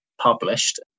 published